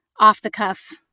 off-the-cuff